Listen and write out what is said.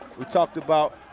we talked about.